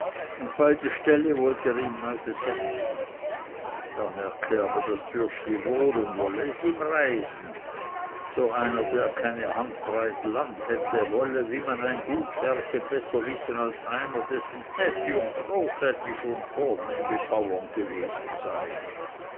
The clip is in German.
und beide ställe wolle er ihm neu besetzen er merke aber das bürschli wohl und wolle es ihm reisen so einer der keine handbreit land hätte wolle wie man ein gut werche besser wissen als einer dessen ätti und großätti schon vornehme bauren gewesen seien